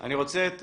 אני רוצה את